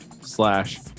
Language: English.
slash